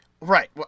Right